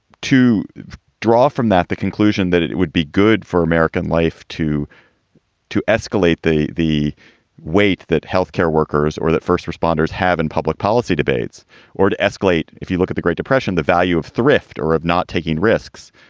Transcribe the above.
to draw from that the conclusion that it it would be good for american life to to escalate the the weight that health care workers or that first responders have in public policy debates or to escalate. if you look at the great depression, the value of thrift or of not taking risks,